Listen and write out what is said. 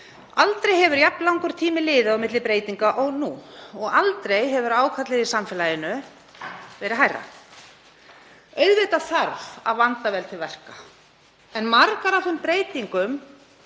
Aldrei hefur jafn langur tími liðið á milli breytinga og nú og aldrei hefur ákallið í samfélaginu verið hærra. Auðvitað þarf að vanda vel til verka, en um margar af þeim breytingum